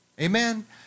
Amen